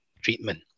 treatment